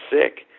sick